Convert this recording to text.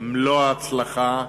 מלוא ההצלחה.